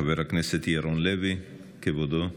חבר הכנסת ירון לוי, כבודו.